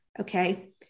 Okay